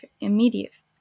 immediate